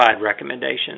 recommendations